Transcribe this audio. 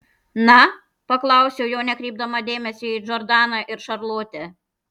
na paklausiau jo nekreipdama dėmesio į džordaną ir šarlotę